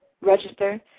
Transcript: Register